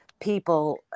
people